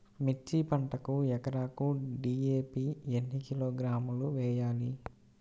మిర్చి పంటకు ఎకరాకు డీ.ఏ.పీ ఎన్ని కిలోగ్రాములు వేయాలి?